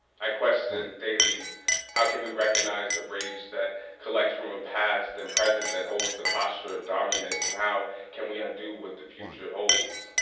i question daily how can we recognize the rage that collects from a past and present that holds a posture of dominance and how can we undo what the future holds?